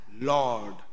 lord